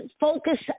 focus